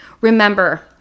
remember